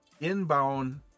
inbound